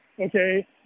Okay